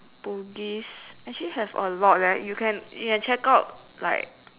bugis actually have a lot leh you can you can check out like